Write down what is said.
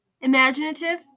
Imaginative